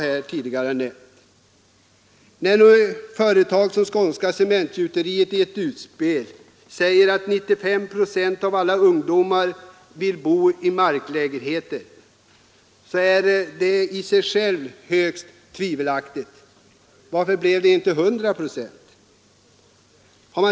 När nu ett företag som Skånska cementgjuteriet i ett utspel säger att 95 procent av alla ungdomar vill bo i marklägenhet, så är det i sig självt högst tvivelaktigt. Varför blev det inte 100 procent?